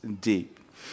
deep